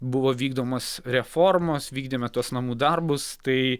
buvo vykdomos reformos vykdėme tuos namų darbus tai